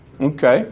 Okay